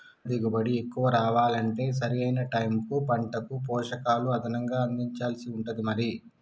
పంట దిగుబడి ఎక్కువ రావాలంటే సరి అయిన టైముకు పంటకు పోషకాలు అదనంగా అందించాల్సి ఉంటది మరి